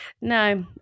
No